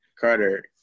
Carter